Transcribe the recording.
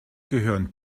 gehören